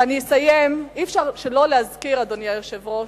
ואני אסיים: אי-אפשר שלא להזכיר, אדוני היושב-ראש,